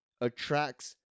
attracts